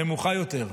נמוכה יותר.